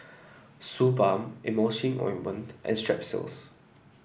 Suu Balm Emulsying Ointment and Strepsils